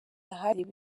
ahashize